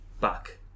back